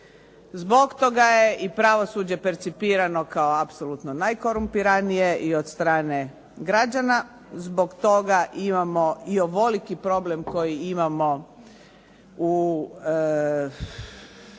Zbog toga je i pravosuđe percipirano kao apsolutno najkorumpiranije od strane građana. Zbog toga imamo i ovoliki problem koji imamo u